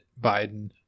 Biden